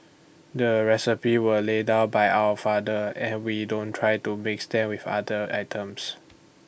the recipes were laid down by our father and we don't try to mix them with other items